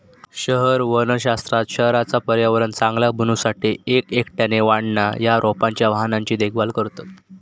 शहर वनशास्त्रात शहराचा पर्यावरण चांगला बनवू साठी एक एकट्याने वाढणा या रोपांच्या वाहनांची देखभाल करतत